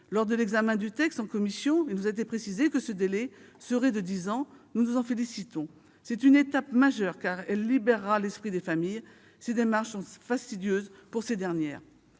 Lors de l'examen du texte en commission, il nous a été précisé que ce délai serait de dix ans. Nous nous en félicitons. C'est une étape majeure, car elle libérera l'esprit des familles, pour lesquelles ces démarches sont fastidieuses. Il convient